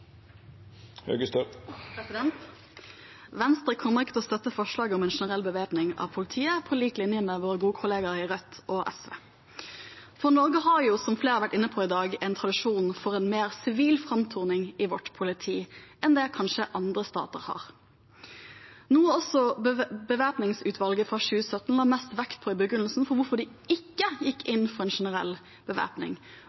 Venstre kommer ikke til å støtte forslaget om en generell bevæpning av politiet, på lik linje med våre gode kollegaer i Rødt og SV. Norge har, som flere har vært inne på i dag, en tradisjon for en mer sivil framtoning i vårt politi enn det kanskje andre stater har – noe også bevæpningsutvalget fra 2017 la mest vekt på i begrunnelsen for hvorfor de ikke gikk